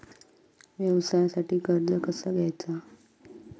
व्यवसायासाठी कर्ज कसा घ्यायचा?